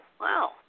wow